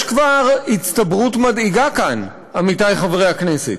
יש כבר הצטברות מדאיגה כאן, עמיתי חברי הכנסת.